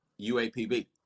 UAPB